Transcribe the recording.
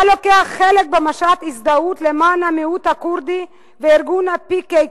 לוקח חלק במשט הזדהות למען המיעוט הכורדי וארגון ה-PKK.